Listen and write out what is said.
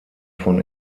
von